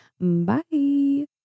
Bye